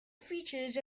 features